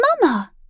Mama